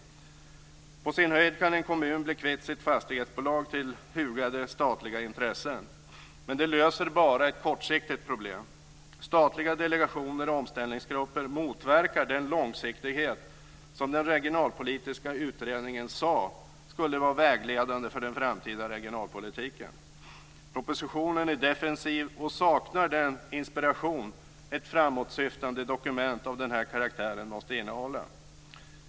På sin höjd kan en kommun bli kvitt sitt fastighetsbolag till hugade statliga intressen, men det löser bara ett kortsiktigt problem. Statliga delegationer och omställningsgrupper motverkar den långsiktighet som enligt den regionalpolitiska utredningen skulle vara vägledande för den framtida regionalpolitiken. Propositionen är defensiv och saknar den inspiration som ett framåtsyftande dokument av den här karaktären måste innehålla.